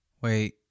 wait